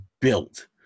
built